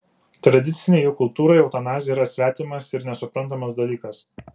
tradicinei jų kultūrai eutanazija yra svetimas ir nesuprantamas dalykas